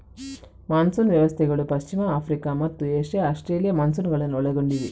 monsoon ವ್ಯವಸ್ಥೆಗಳು ಪಶ್ಚಿಮ Africa ಮತ್ತು ಏಷ್ಯಾ ಆಸ್ಟ್ರೇಲಿಯನ್ ಮಾನ್ಸೂನುಗಳನ್ನು ಒಳಗೊಂಡಿವೆ